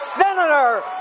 Senator